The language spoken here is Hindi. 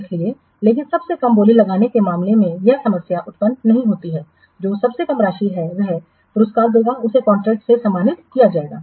इसलिए लेकिन सबसे कम बोली लगाने के मामले में यह समस्या उत्पन्न नहीं होती है जो सबसे कम राशि है वह पुरस्कार देगा उसे कॉन्ट्रैक्ट से सम्मानित किया जाएगा